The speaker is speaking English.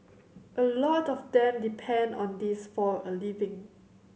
a lot of them depend on this for a living